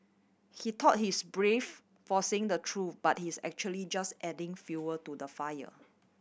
he thought he is brave for saying the truth but he is actually just adding fuel to the fire